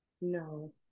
No